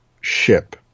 ship